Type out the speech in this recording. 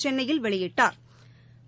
சென்னையில் வெளியிட்டாா்